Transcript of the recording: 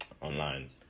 online